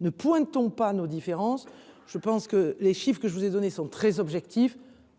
ne pointons pas nos différences. Je pense que les chiffre que je vous ai donné sont très objectif.